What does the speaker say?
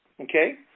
okay